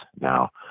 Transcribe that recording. now